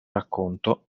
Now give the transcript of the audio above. racconto